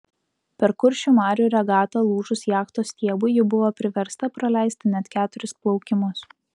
per kuršių marių regatą lūžus jachtos stiebui ji buvo priversta praleisti net keturis plaukimus